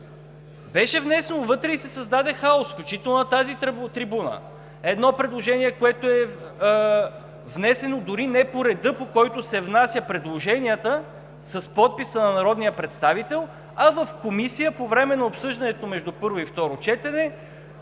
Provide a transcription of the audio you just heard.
Беше внесено вътре и се създаде хаос, включително на тази трибуна, предложение, което е внесено дори не по реда, по който се внасят предложенията – с подписа на народния представител, а в Комисия по време на обсъждането между първо и второ четене